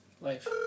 Life